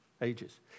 ages